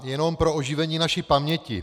Jenom pro oživení naší paměti.